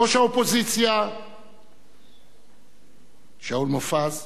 ראש האופוזיציה שאול מופז,